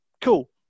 cool